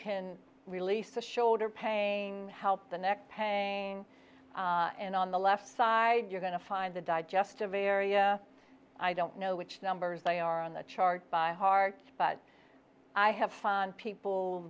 can release the shoulder paying help the neck pain and on the left side you're going to find the digestive area i don't know which numbers they are on the chart by heart but i have found people